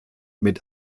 mit